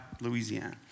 Louisiana